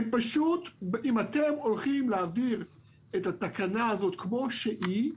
אם אתם הולכים להעביר את התקנה הזאת כמו שהיא,